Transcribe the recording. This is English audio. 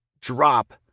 Drop